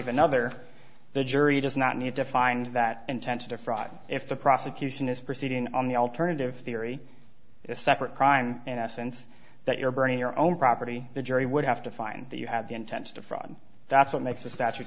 of another the jury does not need to find that intent to defraud if the prosecution is proceeding on the alternative theory is a separate crime in essence that you're burning your own property the jury would have to find that you had the intent to defraud that's what makes the statu